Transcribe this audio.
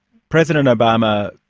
president obama,